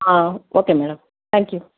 okay madam thank you